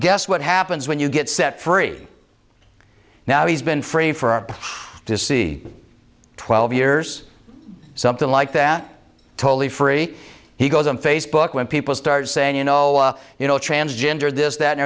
guess what happens when you get set free now he's been free for her to see twelve years something like that totally free he goes on facebook when people start saying you know you know transgender this that and